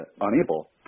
unable